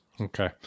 Okay